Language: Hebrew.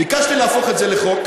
ביקשתי להפוך את זה לחוק,